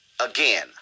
again